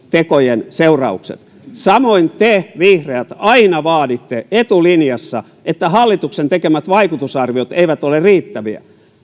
tekojen seuraukset samoin te vihreät aina vaaditte etulinjassa että hallituksen tekemät vaikutusarviot eivät ole riittäviä